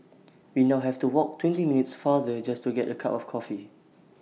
we now have to walk twenty minutes farther just to get A cup of coffee